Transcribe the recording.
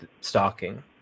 stalking